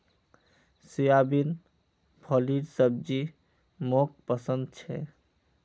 soybean फलीर सब्जी मोक पसंद छे